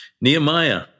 Nehemiah